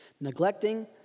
Neglecting